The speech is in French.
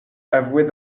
avouer